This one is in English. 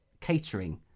catering